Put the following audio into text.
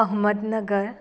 Ahmednagar